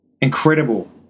Incredible